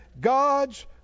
God's